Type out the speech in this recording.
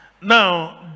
Now